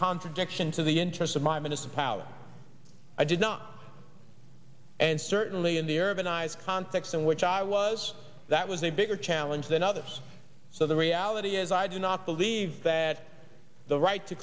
contradiction to the interests of my minutes of power i did not and certainly in the urban eyes context in which i was that was a bigger challenge than others so the reality is i do not believe that the right to